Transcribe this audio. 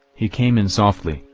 he came in softly,